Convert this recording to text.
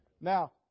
Now